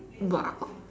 !wow!